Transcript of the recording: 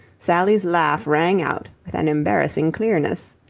sally's laugh rang out with an embarrassing clearness.